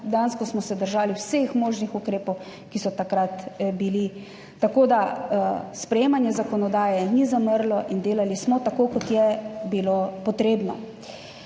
dejansko držali vseh možnih ukrepov, ki so takrat bili. Tako da sprejemanje zakonodaje ni zamrlo in delali smo tako, kot je bilo potrebno.